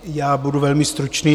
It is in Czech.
Já budu velmi stručný.